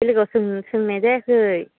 बेलेगाव सोंनाय जायाखै